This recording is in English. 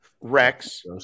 Rex